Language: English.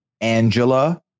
Angela